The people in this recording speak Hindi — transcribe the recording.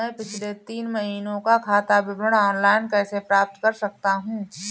मैं पिछले तीन महीनों का खाता विवरण ऑनलाइन कैसे प्राप्त कर सकता हूं?